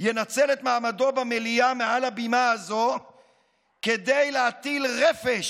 ינצל את מעמדו במליאה מעל הבימה הזאת כדי להטיל רפש